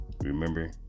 remember